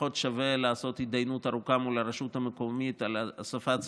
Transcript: פחות שווה לעשות התדיינות ארוכה מול הרשות המקומית על הוספת זכויות,